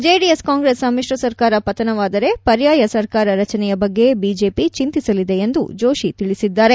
JDS Congress ಸಮ್ಮಿಶ್ರ ಸರ್ಕಾರ ಪತನವಾದರೆ ಪರ್ಯಾಯ ಸರ್ಕಾರ ರಚನೆಯ ಬಗ್ಗೆ ಬಿಜೆಪಿ ಚೆಂತಿಸಲಿದೆ ಎಂದು ಜೋಶಿ ತಿಳಿಸಿದ್ದಾರೆ